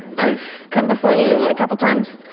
i've come before you a couple times,